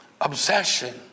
obsession